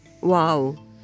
Wow